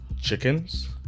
chickens